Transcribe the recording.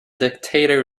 dictator